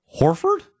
Horford